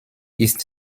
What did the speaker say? ist